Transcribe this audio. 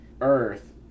Earth